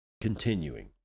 continuing